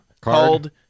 called